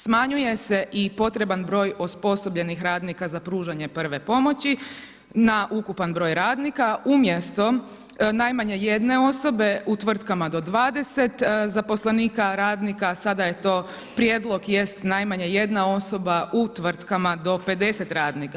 Smanjuje se i potreban broj osposobljenih radnika za pružanje prve pomoći na ukupan broj radnika, umjesto najmanje jedne osobe u tvrtkama do 20 zaposlenika radnika sada je to prijedlog jest najmanje jedna osoba u tvrtkama do 50 radnika.